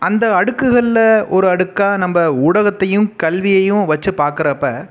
அந்த அடுக்குகளில் ஒரு அடுக்காக நம்ப ஊடகத்தையும் கல்வியையும் வச்சு பாக்கிறப்ப